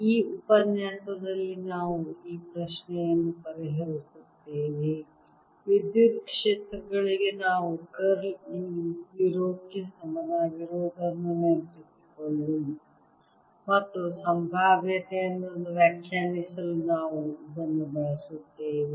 ಈ ಉಪನ್ಯಾಸದಲ್ಲಿ ನಾವು ಈ ಪ್ರಶ್ನೆಯನ್ನು ಪರಿಹರಿಸುತ್ತೇವೆ ವಿದ್ಯುತ್ ಕ್ಷೇತ್ರಗಳಿಗೆ ನಾವು ಕರ್ಲ್ E 0 ಗೆ ಸಮನಾಗಿರುವುದನ್ನು ನೆನಪಿಸಿಕೊಳ್ಳಿ ಮತ್ತು ಸಂಭಾವ್ಯತೆಯನ್ನು ವ್ಯಾಖ್ಯಾನಿಸಲು ನಾವು ಇದನ್ನು ಬಳಸುತ್ತೇವೆ